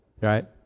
right